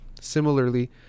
similarly